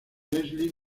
leslie